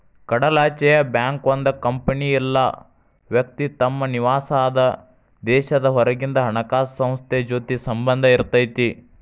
ಕಡಲಾಚೆಯ ಬ್ಯಾಂಕ್ ಒಂದ್ ಕಂಪನಿ ಇಲ್ಲಾ ವ್ಯಕ್ತಿ ತಮ್ ನಿವಾಸಾದ್ ದೇಶದ್ ಹೊರಗಿಂದ್ ಹಣಕಾಸ್ ಸಂಸ್ಥೆ ಜೊತಿ ಸಂಬಂಧ್ ಇರತೈತಿ